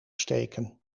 steken